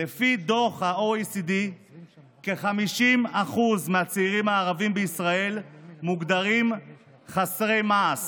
לפי דוח ה-OECD כ-50% מהצעירים הערבים בישראל מוגדרים חסרי מעש.